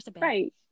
Right